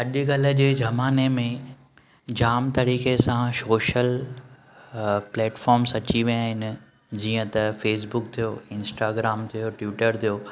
अॼकल्ह जे जमाने मे जाम तरीक़े सां शोशल प्लैटफोर्म्स अची विया आहिनि जीअं त फेसबूक थियो इंस्टाग्राम थियो ट्विटर थियो